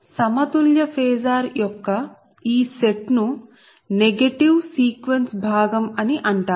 సమతుల్య ఫేసార్ యొక్క ఈ సెట్ ను నెగటివ్ సీక్వెన్స్ భాగం అని అంటారు